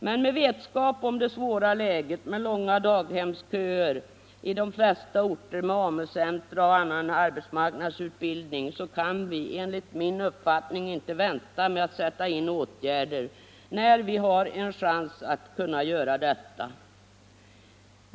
Men med vetskap om det svåra läget, med långa daghemsköser på de flesta orter med AMU-centra och annan arbetsmarknadsutbildning, kan vi enligt min uppfattning inte vänta med att sätta in åtgärder när vi har en chans att göra detta.